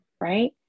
right